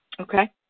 Okay